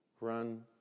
run